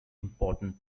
important